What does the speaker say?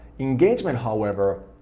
engagement, however,